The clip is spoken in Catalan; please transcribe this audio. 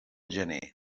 gener